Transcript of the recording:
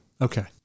Okay